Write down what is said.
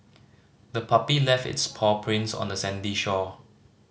the puppy left its paw prints on the sandy shore